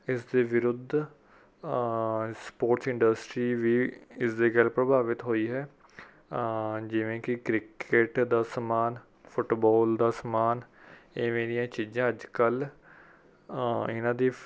ਇਸ ਦੇ ਵਿਰੁੱਧ ਸਪੋਰਟਸ ਇੰਡਸਟਰੀ ਵੀ ਇਸ ਦੇ ਗੈਲ ਪ੍ਰਭਾਵਿਤ ਹੋਈ ਹੈ ਜਿਵੇਂ ਕਿ ਕ੍ਰਿਕਟ ਦਾ ਸਮਾਨ ਫੁੱਟਬਾਲ ਦਾ ਸਮਾਨ ਇਵੇਂ ਦੀਆਂ ਚੀਜ਼ਾਂ ਅੱਜ ਕੱਲ ਇਨ੍ਹਾਂ ਦੀ